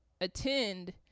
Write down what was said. attend